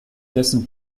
dessen